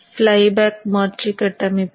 flyback மாற்றி கட்டமைப்பு